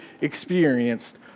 experienced